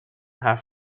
have